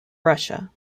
russia